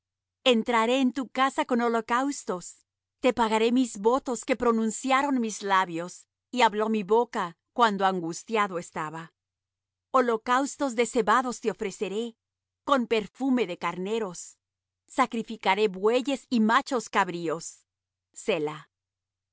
entraré en tu casa con holocaustos te pagaré mis votos que pronunciaron mis labios y habló mi boca cuando angustiado estaba holocaustos de cebados te ofreceré con perfume de carneros sacrificaré bueyes y machos cabríos